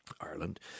Ireland